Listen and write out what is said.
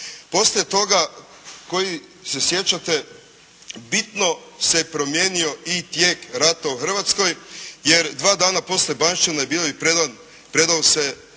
Poslije toga, koji se sjećate, bitno se promijenio i tijek rata u Hrvatskoj, jer dva dana poslije Bajnščine bio je i predan, predao